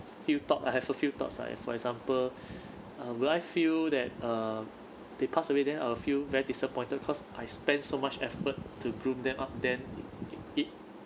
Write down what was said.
few thought I have a few thoughts ah for example will I feel that uh they pass away then I'll feel very disappointed cause I spend so much effort to groom them up then it it